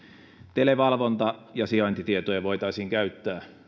televalvonta ja sijaintitietoja voitaisiin käyttää